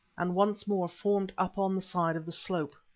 and once more formed up on the side of the slope.